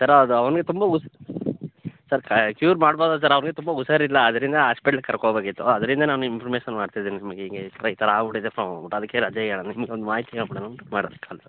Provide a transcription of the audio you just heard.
sir ಅದು ಅವ್ನಿಗೆ ತುಂಬ ಉಸ್ ಸರ್ ಕ್ಯೂರ್ ಮಾಡ್ಬೌದು ಸರ್ ಅವ್ನಿಗೆ ತುಂಬ ಹುಷಾರಿಲ್ಲ ಅದರಿಂದ ಆಸ್ಪೆಟ್ಲಿಗೆ ಕರ್ಕೊಂಡ್ ಹೋಗ್ಬೇಕಿತ್ತು ಅದರಿಂದ ನಾನು ಇಂಪ್ರುಮೇಷನ್ ಮಾಡ್ತಿದೀನಿ ನಿಮ್ಗೆ ಹಿಂಗೆ ಈ ಥರ ಈ ಥರ ಆಗ್ಬಿಟಿದೆ ಅದಕ್ಕೆ ರಜೆ ಹೇಳ ನಿಮ್ಗೊಂದು ಮಾಹಿತಿ ಹೇಳ್ಬಿಡಣ ಅಂತ ಮಾಡಿದೆ